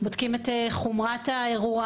בודקים את חומרת האירוע